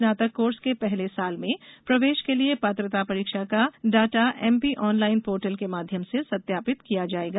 स्नातक कोर्स के पहले साल में प्रवेश के लिए अर्हता परीक्षा का डाटा एमपी ऑनलाइन पोर्टल के माध्यम से सत्यापित किया जायेगा